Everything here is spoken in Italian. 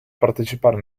partecipare